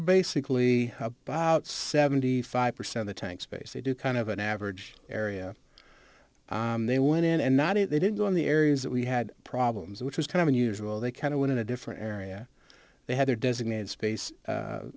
basically about seventy five percent of the tank space they do kind of an average area they went in and not it they didn't go in the areas that we had problems which was kind of unusual they kind of went in a different area they had their designated space